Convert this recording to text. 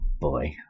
boy